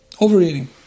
overeating